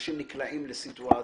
כשאנשים נקלעים לסיטואציה,